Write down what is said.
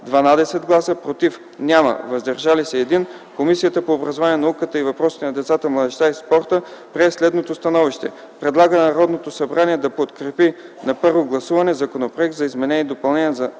12 гласа, „против” – няма, „въздържали се” – 1, Комисията по образованието, науката и въпросите на децата, младежта и спорта прие следното становище: Предлага на Народното събрание да подкрепи на първо гласуване Законопроект за изменение и допълнение на